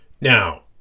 Now